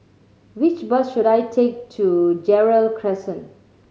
which bus should I take to Gerald Crescent